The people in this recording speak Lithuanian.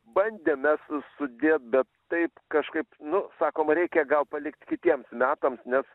bandėm mes sudėt bet taip kažkaip nu sakom reikia gal palikt kitiems metams nes